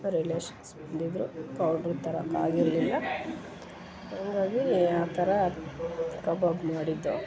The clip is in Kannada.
ರಿಲೇಶನ್ಸ್ ಬಂದಿದ್ದರು ಪೌಡ್ರು ತರಕ್ಕೆ ಆಗಿರಲಿಲ್ಲ ಹಂಗಾಗಿ ಆ ಥರ ಕಬಾಬ್ ಮಾಡಿದ್ದೋ